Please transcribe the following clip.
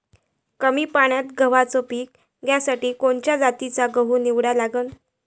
कमी पान्यात गव्हाचं पीक घ्यासाठी कोनच्या जातीचा गहू निवडा लागन?